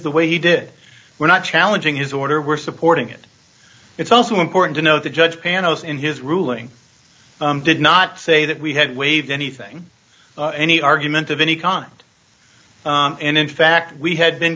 the way he did we're not challenging his order we're supporting it it's also important to note the judge panels in his ruling did not say that we had waived anything any argument of any kind and in fact we had been